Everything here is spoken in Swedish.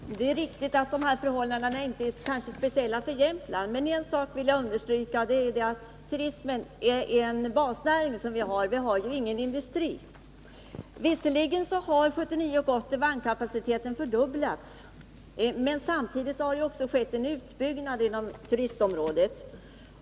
Herr talman! Det är riktigt att dessa förhållanden kanske inte är speciella för Jämtland. Men jag vill understryka att turismen är en basnäring för oss — vi har ju ingen industri. Visserligen har vagnkapaciteten fördubblats under 1979 och 1980. Men samtidigt har det också skett en utbyggnad på turistområdet.